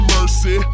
Mercy